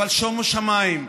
אבל שומו שמיים,